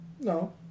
No